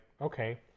okay